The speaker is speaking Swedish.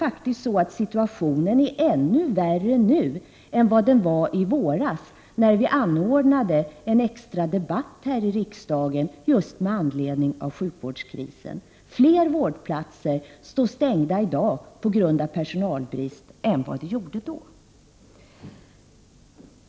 Situationen är faktiskt ännu värre nu än den var i våras, när vi anordnade en extra debatt här i riksdagen just med anledning av sjukvårdskrisen. Fler vårdplatser står stängda i dag på grund av personalbrist än då.